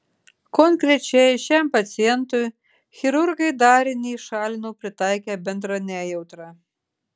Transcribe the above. konkrečiai šiam pacientui chirurgai darinį šalino pritaikę bendrą nejautrą